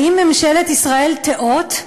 האם ממשלת ישראל תיאות,